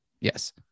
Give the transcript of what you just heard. Yes